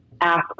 ask